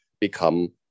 become